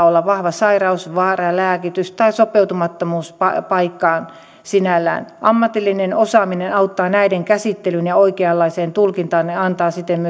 olla vahva sairaus väärä lääkitys tai sopeutumattomuus paikkaan sinällään ammatillinen osaaminen auttaa näiden käsittelyyn ja oikeanlaiseen tulkintaan ja antaa siten